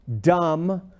dumb